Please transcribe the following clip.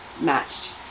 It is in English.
matched